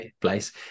place